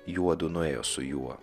juodu nuėjo su juo